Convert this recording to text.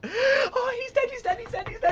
um ah he's dead he's dead he's dead he's